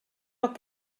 bod